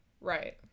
Right